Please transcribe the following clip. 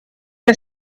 der